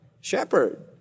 shepherd